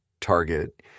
target